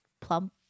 plump